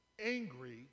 angry